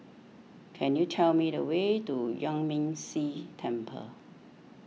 can you tell me the way to Yuan Ming Si Temple